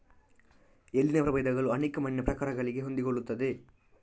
ಎಳ್ಳಿನ ಪ್ರಭೇದಗಳು ಅನೇಕ ಮಣ್ಣಿನ ಪ್ರಕಾರಗಳಿಗೆ ಹೊಂದಿಕೊಳ್ಳುತ್ತವೆ